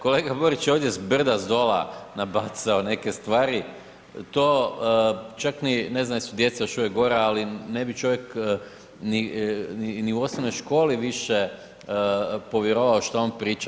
Kolega Borić je ovdje zbrda-zdola nabacao neke stvari, to čak ni, ne znam jesu djeca još uvijek gore ali ne bi čovjek ni u osnovnoj školi više povjerovao šta on priča.